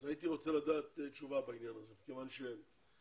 הייתי רוצה לקבל תשובה בעניין הזה.